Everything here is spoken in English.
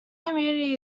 community